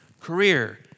career